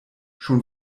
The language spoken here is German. schon